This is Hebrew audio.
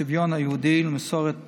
הצביון היהודי ומסורת